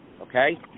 okay